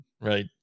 right